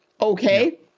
Okay